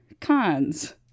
Cons